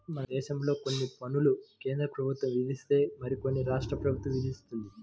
మనదేశంలో కొన్ని పన్నులు కేంద్రప్రభుత్వం విధిస్తే మరికొన్ని రాష్ట్ర ప్రభుత్వం విధిత్తది